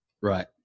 right